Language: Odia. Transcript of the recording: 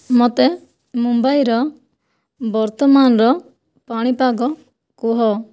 ମୋତେ ମୁମ୍ବାଇର ବର୍ତ୍ତମାନର ପାଣିପାଗ କୁହ